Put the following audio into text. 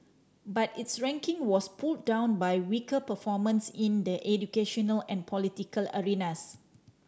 but its ranking was pulled down by weaker performance in the educational and political arenas